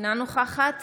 אינה נוכחת